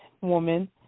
woman